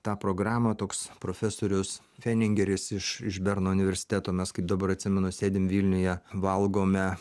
tą programą toks profesorius feningeris iš iš berno universiteto mes kaip dabar atsimenu sėdim vilniuje valgome